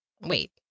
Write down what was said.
wait